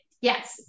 yes